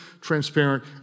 transparent